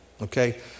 Okay